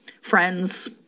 friends